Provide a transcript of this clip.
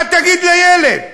מה תגיד לילד?